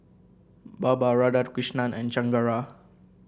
Baba Radhakrishnan and Chengara